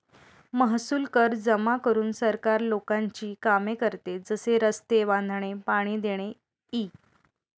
महसूल कर जमा करून सरकार लोकांची कामे करते, जसे रस्ते बांधणे, पाणी देणे इ